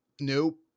Nope